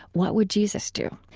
what would jesus do?